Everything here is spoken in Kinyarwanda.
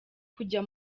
kujya